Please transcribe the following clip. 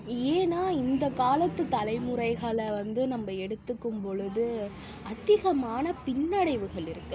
ஏன்னால் இந்த காலத்து தலைமுறைகளை வந்து நம்ம எடுத்துக்கும் பொழுது அதிகமான பின்னடைவுகள் இருக்குது